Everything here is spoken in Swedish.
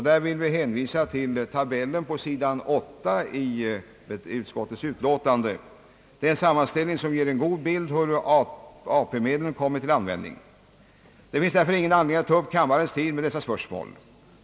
Där vill vi hänvisa till tabellen på s. 8 i utskottets utlåtande. Det är en sammanställning som ger en god bild av hur 'AP-medlen : kommer ' till användning. Det finns därför ingen anledning att ta upp kammarens tid med dessa spörsmål.